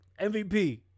MVP